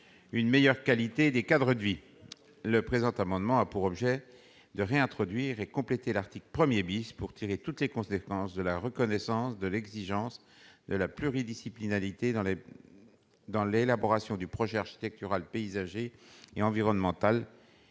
une meilleure qualité des cadres de vie. Cet amendement a pour objet de réintroduire en le complétant l'article 1, afin de tirer toutes les conséquences de la reconnaissance de l'exigence de pluridisciplinarité dans l'élaboration du projet architectural, paysager et environnemental